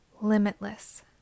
limitless